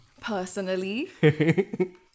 Personally